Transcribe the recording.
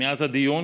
מאז הדיון